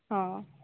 ହଁ